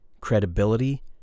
credibility